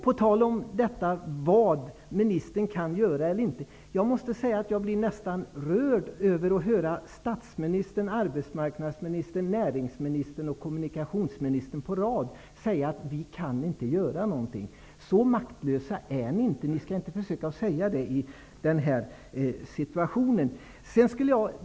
På tal om vad ministern kan göra och inte göra måste jag säga att jag nästan blir rörd över att höra statsministern, arbetsmarknadsministern, näringsministern och kommunikationsministern i rad säga: Vi kan inte göra någonting. Men så maktlösa är ni inte. Ni skall inte i den här situationen försöka säga att det är så.